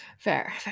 Fair